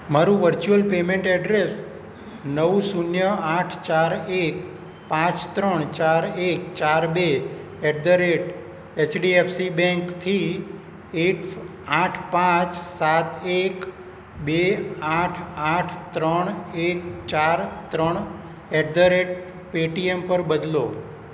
મારું virtual payment address નવ શૂન્ય આઠ ચાર એક પાંચ ત્રણ ચાર એક ચાર બે એટ ધ રેટ એચડીએફસી બેન્કથી એટ ફ આઠ પાંચ સાત એક બે આઠ આઠ ત્રણ એક ચાર ત્રણ એટ ધ રેટ પેટીએમ પર બદલો